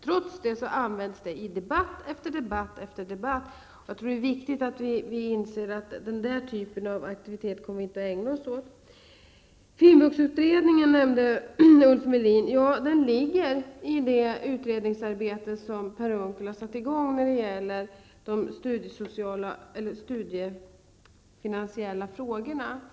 Trots det kommer detta fram i debatt efter debatt. Det är viktigt att vi alla inser att regeringen inte kommer att engagera sig åt den typen av aktivitet. Ulf Melin nämnde finvuxutredningen. Ja, den finns med i det utredningsarbete som Per Unckel har satt i gång när det gäller de studiefinansiella frågorna.